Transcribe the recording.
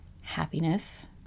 happiness